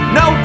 no